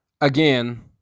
again